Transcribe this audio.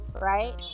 right